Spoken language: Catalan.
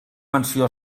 menció